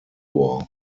war